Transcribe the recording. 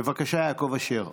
בבקשה, יעקב אשר.